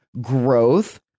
growth